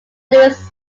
louise